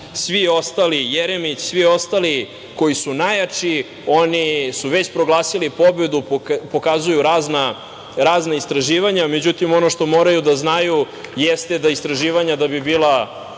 Tepić, Tadić, Jeremić i svi ostali koji su najjači oni su već proglasili pobedu, pokazuju razna istraživanja. Međutim, ono što moraju da znaju jeste da istraživanja da bi bila